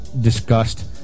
discussed